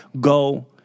go